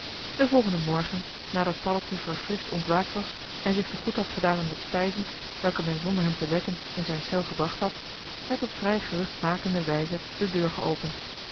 den volgenden morgen nadat paddeltje verfrischt ontwaakt was en zich te goed had gedaan aan de spijzen welke men zonder hem te wekken in zijn cel gebracht had werd op vrij geruchtmakende wijze de deur geopend